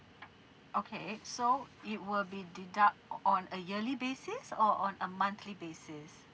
okay so it will be deduct on on a yearly basis or on a monthly basis